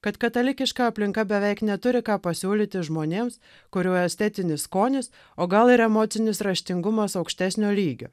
kad katalikiška aplinka beveik neturi ką pasiūlyti žmonėms kurių estetinis skonis o gal ir emocinis raštingumas aukštesnio lygio